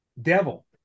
Devil